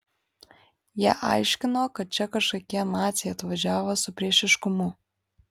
jie aiškino kad čia kažkokie naciai atvažiavo su priešiškumu